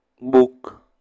book